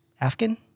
Afghan